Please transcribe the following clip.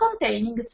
containing